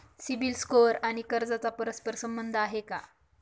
CIBIL score आणि कर्जाचा परस्पर संबंध आहे का?